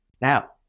Now